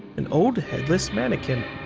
an old headless mannequin.